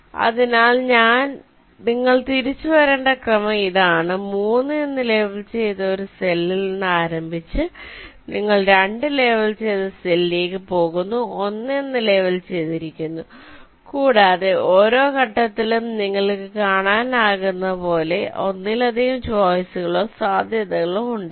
അതിനാൽ നിങ്ങൾ തിരിച്ചുവരേണ്ട ക്രമം ഇതാണ് 3 എന്ന് ലേബൽ ചെയ്ത ഒരു സെല്ലിൽ നിന്ന് ആരംഭിച്ച് നിങ്ങൾ 2 ലേബൽ ചെയ്ത സെല്ലിലേക്ക് പോകുന്നു 1 എന്ന് ലേബൽ ചെയ്തിരിക്കുന്നു കൂടാതെ ഓരോ ഘട്ടത്തിലും നിങ്ങൾക്ക് കാണാനാകുന്നതുപോലെ ഒന്നിലധികം ചോയ്സുകളോ സാധ്യതകളോ ഉണ്ടാകും